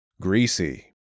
greasy